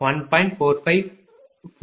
00620